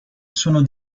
sono